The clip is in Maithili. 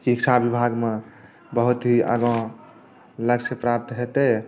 शिक्षा विभागमे बहुत ही आगाँ लक्ष्य प्राप्त हेतै